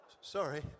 Sorry